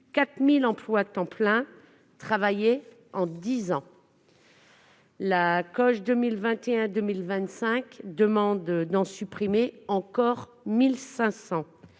4 000 emplois temps plein travaillés en dix ans. La COG 2021-2025 demande d'en supprimer encore 1 500.